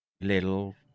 little